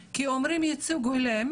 כי אומרים "ייצוג הולם",